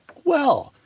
well,